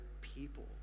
people